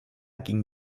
ging